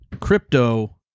crypto